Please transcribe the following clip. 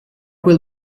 will